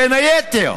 בין היתר.